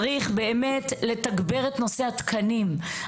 צריך באמת לתגבר את נושא התקנים,